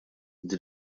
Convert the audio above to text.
din